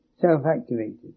self-activated